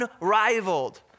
unrivaled